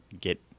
get